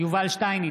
יובל שטייניץ,